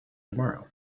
tomorrow